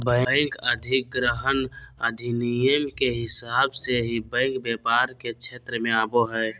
bank अधिग्रहण अधिनियम के हिसाब से ही बैंक व्यापार के क्षेत्र मे आवो हय